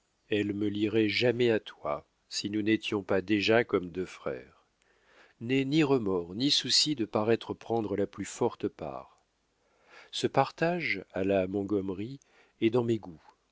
elle me lierait à jamais à toi si nous n'étions pas déjà comme deux frères n'aie ni remords ni soucis de paraître prendre la plus forte part ce partage à la montgommery est dans mes goûts